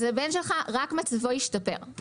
אז מצבו רק השתפר.